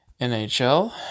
NHL